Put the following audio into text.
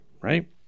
right